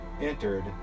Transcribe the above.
entered